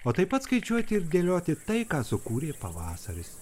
o taip pat skaičiuoti ir dėlioti tai ką sukūrė pavasaris